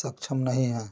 सक्षम नहीं हैं